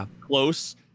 close